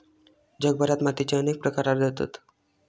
जगभरात मातीचे अनेक प्रकार आढळतत